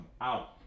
out